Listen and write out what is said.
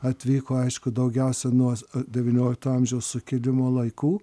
atvyko aišku daugiausiai nuo devyniolikto amžiaus sukilimo laikų